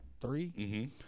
three